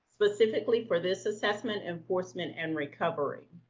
specifically for this assessment, enforcement and recovery.